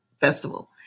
festival